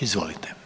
Izvolite.